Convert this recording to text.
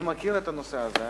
אני מכיר את הנושא הזה.